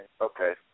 okay